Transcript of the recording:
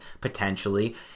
potentially